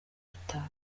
gitaha